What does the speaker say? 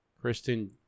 Kristen